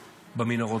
במנהרות.